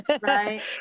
Right